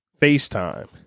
FaceTime